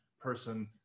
person